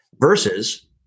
Versus